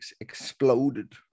exploded